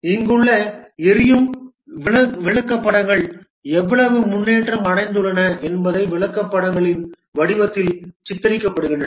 இங்குள்ள எரியும் விளக்கப்படங்கள் எவ்வளவு முன்னேற்றம் அடைந்துள்ளன என்பதை விளக்கப்படங்களின் வடிவத்தில் சித்தரிக்கப்படுகின்றன